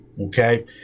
okay